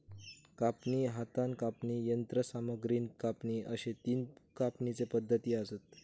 कापणी, हातान कापणी, यंत्रसामग्रीन कापणी अश्ये तीन कापणीचे पद्धती आसत